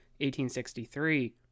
1863